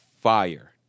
fire